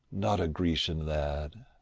not a grecian lad.